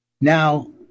Now